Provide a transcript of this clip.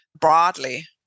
broadly